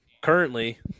currently